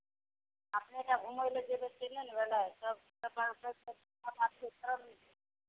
अपने टा घूमय लए जेबै से नहि ने भेलै तब